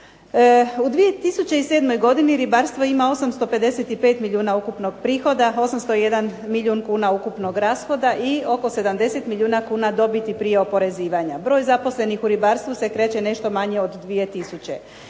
U 2007. ribarstvo ima 855 milijuna ukupnog prihoda, 801 milijun kuna ukupnog rashoda i oko 70 milijuna kuna dobiti prije oporezivanja. Broj zaposlenih u ribarstvu se kreće nešto manje od 2